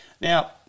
Now